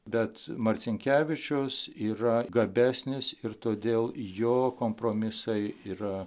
bet marcinkevičius yra gabesnis ir todėl jo kompromisai yra